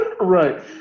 right